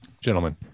Gentlemen